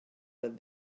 that